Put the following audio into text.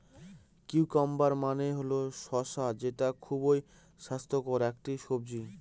cucumber মানে হল শসা যেটা খুবই স্বাস্থ্যকর একটি সবজি